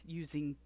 using